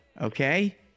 Okay